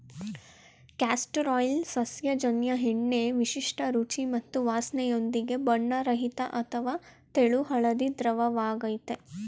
castor oil ಸಸ್ಯಜನ್ಯ ಎಣ್ಣೆ ವಿಶಿಷ್ಟ ರುಚಿ ಮತ್ತು ವಾಸ್ನೆಯೊಂದಿಗೆ ಬಣ್ಣರಹಿತ ಅಥವಾ ತೆಳು ಹಳದಿ ದ್ರವವಾಗಯ್ತೆ